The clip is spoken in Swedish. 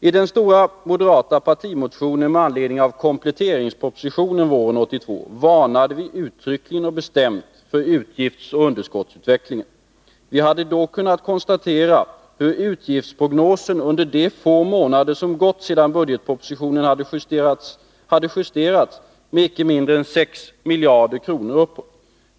I den stora moderata partimotionen med anledning av kompletteringspropositionen våren 1979 varnade vi uttryckligen och bestämt för utgiftsoch underskottsutvecklingen. Vi hade då kunnat konstatera hur utgiftsprognosen under de få månader som gått sedan budgetpropositionen lades fram hade justerats upp med inte mindre än 6 miljarder kronor.